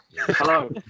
Hello